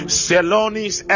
selonis